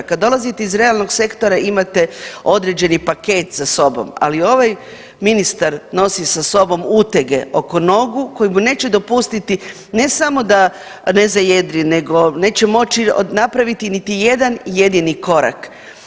Kad dolazite iz realnog sektora imate određeni paket za sobom, ali ovaj ministar nosi sa sobom utege oko nogu koji mu neće dopustiti ne samo da zajedri nego neće moći napraviti niti jedan jedini korak.